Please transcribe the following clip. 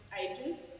ages